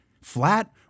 flat